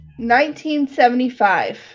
1975